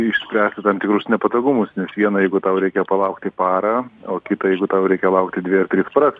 išspręsti tam tikrus nepatogumus nes viena jeigu tau reikia palaukti parą o kitą jeigu tau reikia laukti dvi paras